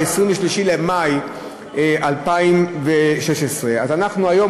23 במאי 2016. אז אנחנו היום,